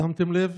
שמתם לב?